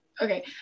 Okay